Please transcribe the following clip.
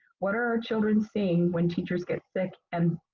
what are our children seeing when teachers get sick and